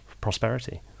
prosperity